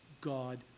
God